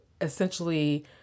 essentially